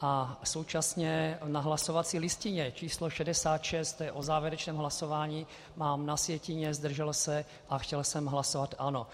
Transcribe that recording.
A současně na hlasovací listině č. 66, to je o závěrečném hlasování, mám na sjetině zdržel se a chtěl jsem hlasovat ano.